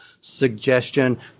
suggestion